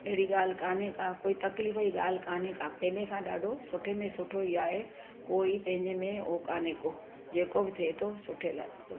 अहिड़ी ॻाल्हि कान्हे का कोई तकलीफ़ जी ॻाल्हि कान्हे का पहिरीं खां ॾाढो सुठे में सुठो ई आहे कोई पंहिंजे में ओ कान्हे को जेको थिए थो सुठे लाइ